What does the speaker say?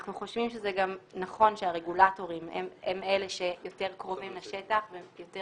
אנחנו גם חושבים שזה נכון שהרגולטורים הם אלה שיותר קרובים לשטח ויותר